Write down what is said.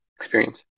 experience